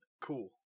Cool